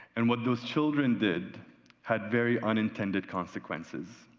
and, what those children did had very unintended consequences.